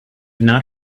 not